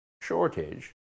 shortage